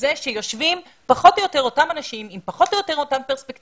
בזה שיושבים פחות או יותר אותם אנשים עם פחות או יותר אותן פרספקטיבות,